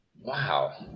Wow